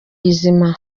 izima